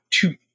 two